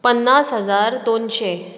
पन्नास हजार दोनशें